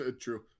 true